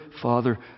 Father